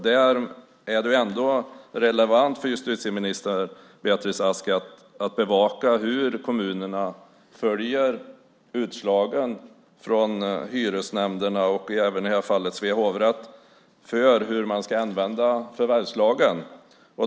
Det är ändå relevant för justitieminister Beatrice Ask att bevaka hur kommunerna följer utslagen från hyresnämnderna, och i det här fallet även Svea hovrätt, med tanke på hur man ska använda förvärvslagen.